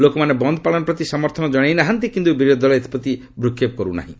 ଲୋକମାନେ ବନ୍ଦ ପାଳନ ପ୍ରତି ସମର୍ଥନ ଜଶାଇନାହାନ୍ତି କିନ୍ତୁ ବିରୋଧୀ ଦଳ ଏଥିପ୍ରତି ଭ୍ରକ୍ଷେପ କରୁନାହିଁ